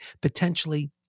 potentially